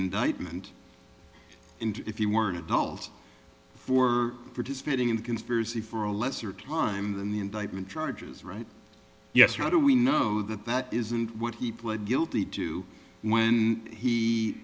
indictment and if you weren't adult for participating in the conspiracy for a lesser time than the indictment charges right yes how do we know that that isn't what he pled guilty to when he